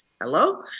Hello